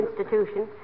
institution